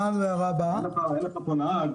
אין נהג,